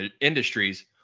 industries